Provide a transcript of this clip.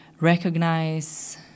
recognize